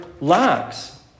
lacks